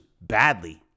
badly